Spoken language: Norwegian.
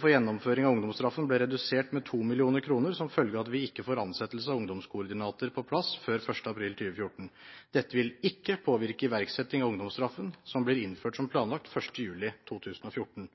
for gjennomføring av ungdomsstraffen ble redusert med 2 millioner kroner som følge av at vi ikke får ansettelse av ungdomskoordinatorer på plass før 1. april 2014. Dette vil ikke påvirke iverksetting av ungdomsstraffen som blir innført som planlagt 1. juli 2014.